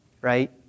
right